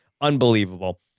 unbelievable